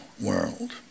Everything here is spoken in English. world